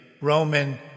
Roman